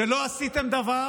שלא עשיתם דבר